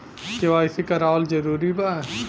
KYC करवावल जरूरी बा?